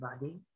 body